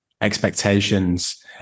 expectations